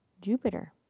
Jupiter